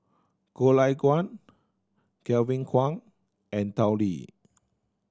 Goh Lay Kuan Kevin Kwan and Tao Li